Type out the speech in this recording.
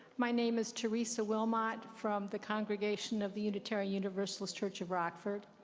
my name is teresa wilmot from the congregation of the unitarian universalist church of rockford.